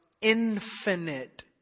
infinite